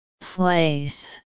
Place